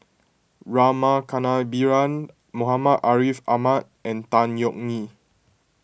Rama Kannabiran Muhammad Ariff Ahmad and Tan Yeok Nee